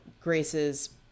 Grace's